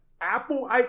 Apple